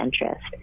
interest